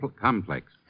complex